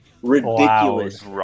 Ridiculous